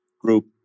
group